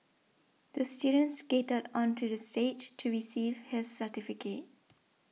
the student skated onto the stage to receive his certificate